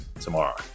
tomorrow